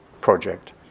project